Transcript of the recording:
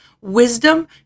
wisdom